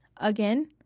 again